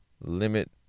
limit